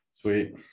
sweet